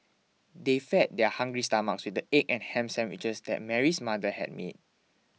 they fed their hungry stomachs the egg and ham sandwiches that Mary's mother had made